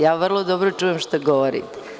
Ja vrlo dobro čujem šta govorite.